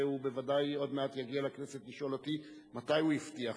והוא בוודאי עוד מעט יגיע לכנסת לשאול אותי מתי הוא הבטיח,